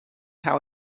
how